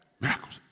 Miracles